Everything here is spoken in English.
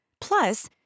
Plus